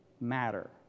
matter